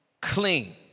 clean